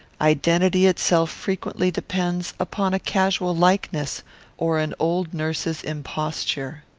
identity itself frequently depends upon a casual likeness or an old nurse's imposture.